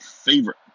favorite